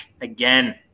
again